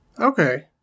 Okay